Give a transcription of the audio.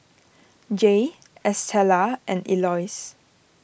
Jaye Estella and Elois